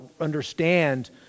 understand